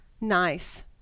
nice